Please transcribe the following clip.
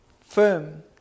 firm